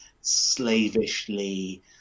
slavishly